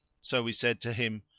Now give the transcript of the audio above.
so we said to him,